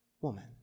woman